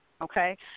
okay